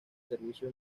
servicio